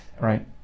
Right